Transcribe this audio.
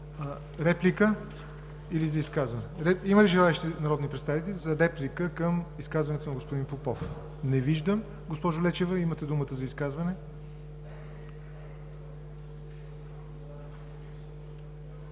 господин Попов. Има ли желаещи народни представители за реплика към изказването на господин Попов? Не виждам. Госпожо Лечева, имате думата за изказване.